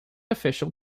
official